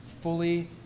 fully